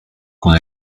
con